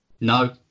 No